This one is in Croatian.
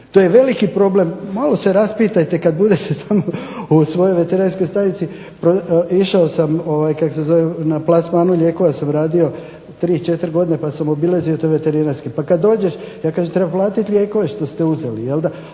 To je veliki problem. Malo se raspitajte kad budete tamo u svojoj veterinarskoj stanici. Išao sam, na plasmanu lijekova sam radio tri, četiri godine pa sam obilazio te veterinarske, pa kad dođeš ja kažem treba platiti lijekove što ste uzeli a